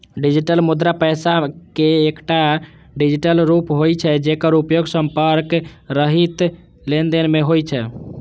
digital मुद्रा पैसा के एकटा डिजिटल रूप होइ छै, जेकर उपयोग संपर्क रहित लेनदेन मे होइ छै